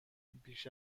بیش